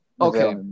Okay